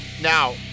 Now